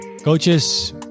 Coaches